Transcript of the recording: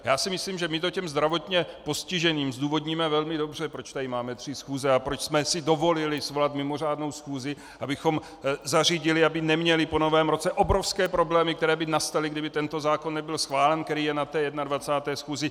Já si myslím, že to zdravotně postiženým zdůvodníme velmi dobře, proč máme tři schůze a proč jsme si dovolili svolat mimořádnou schůzi, abychom zařídili, aby neměli po Novém roce obrovské problémy, které by nastaly, kdyby tento zákon nebyl schválen, který je na 21. schůzi.